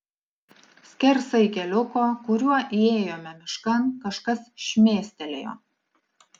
skersai keliuko kuriuo įėjome miškan kažkas šmėstelėjo